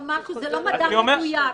זה לא מדע מדויק.